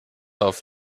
auf